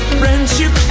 friendship